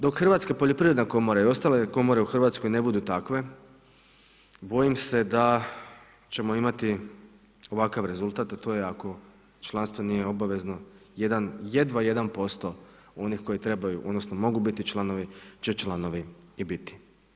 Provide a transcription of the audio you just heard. Dok Hrvatska poljoprivredna komora i ostale komore u Hrvatskoj ne budu takve bojim se da ćemo imati ovakav rezultat, a to je ako članstvo nije obavezano, jedva 1% onih koji trebaju odnosno mogu biti članovi će članovi i biti.